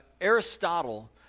Aristotle